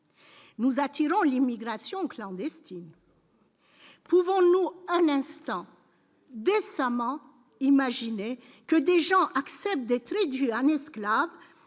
Nous attirons l'immigration clandestine. Pouvons-nous un instant décemment imaginer que des gens acceptent d'être réduit à Minsk,